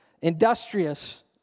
Industrious